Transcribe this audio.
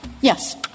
Yes